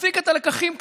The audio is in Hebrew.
להפיק את הלקחים קדימה,